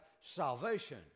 salvation